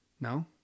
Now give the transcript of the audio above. No